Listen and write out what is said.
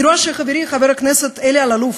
אני רואה שחברי חבר הכנסת אלי אלאלוף,